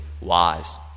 wise